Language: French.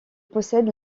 possède